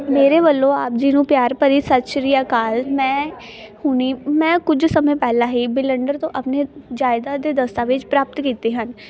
ਮੇਰੇ ਵੱਲੋਂ ਆਪ ਜੀ ਨੂੰ ਪਿਆਰ ਭਰੀ ਸਤਿ ਸ਼੍ਰੀ ਅਕਾਲ ਮੈਂ ਹੁਣ ਮੈਂ ਕੁਝ ਸਮੇਂ ਪਹਿਲਾਂ ਹੀ ਬਿਲੰਡਰ ਤੋਂ ਆਪਣੇ ਜ਼ਾਇਦਾਦ ਦੇ ਦਸਤਾਵੇਜ਼ ਪ੍ਰਾਪਤ ਕੀਤੇ ਹਨ